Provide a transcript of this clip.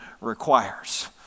requires